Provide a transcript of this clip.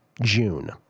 June